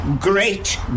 great